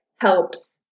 helps